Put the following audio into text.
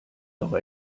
doch